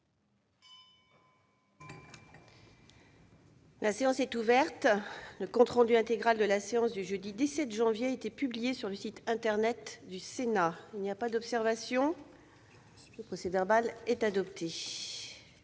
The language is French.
La séance est ouverte. Le compte rendu intégral de la séance du jeudi 17 janvier 2019 a été publié sur le site internet du Sénat. Il n'y a pas d'observation ?... Le procès-verbal est adopté.